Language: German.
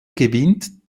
gewinnt